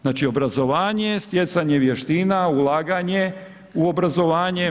Znači obrazovanje, stjecanje vještina, ulaganje u obrazovanje.